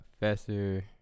professor